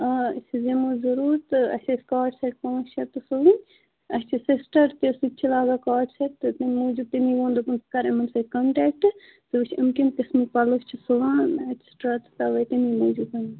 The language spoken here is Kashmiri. آ أسۍ حظ یَمو ضُروٗر تہٕ اَسہِ ٲسۍ کارڈ سٮ۪ٹ پانٛژھ شےٚ تہٕ سوٕنۍ اَسہِ چھُ سسِٹر تہِ سُہ تہِ چھِ لاگان کارڈ سٮ۪ٹ تہٕ تمۍ موٗجوٗب تمی ووٚن دوٚپُن ژٕ کر یِمن سۭتۍ کنٹٮ۪کٹ ژٕ وٕچھ یِم کِتھ قسمٕکۍ پَلو چھِ سُوان توے موٗجوٗبن